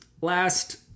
Last